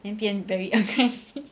then 变 very aggressive